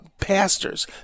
Pastors